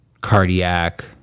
cardiac